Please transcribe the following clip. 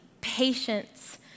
patience